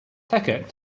ticket